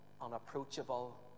unapproachable